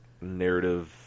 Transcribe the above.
narrative